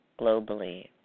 globally